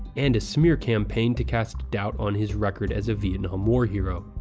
and a smear campaign to cast doubt on his record as a vietnam war hero.